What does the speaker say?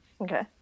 Okay